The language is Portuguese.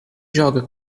joga